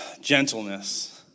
Gentleness